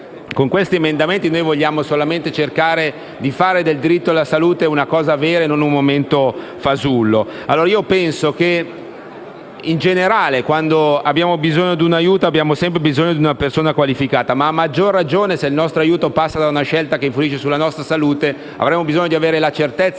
con gli emendamenti in esame vogliamo solamente cercare di fare del diritto alla salute una cosa vera e non un momento fasullo. Penso, in generale, che, quando abbiamo bisogno di un aiuto, sia sempre necessaria una persona qualificata, e a maggior ragione, se l'aiuto serve per una scelta che influisce sulla nostra salute, abbiamo bisogno di avere la certezza